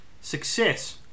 Success